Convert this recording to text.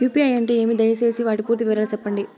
UPI అంటే ఏమి? దయసేసి వాటి పూర్తి వివరాలు సెప్పండి?